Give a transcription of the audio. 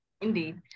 Indeed